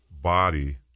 body